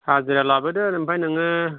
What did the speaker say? हाजिरा लाबोदो ओमफ्राय नोङो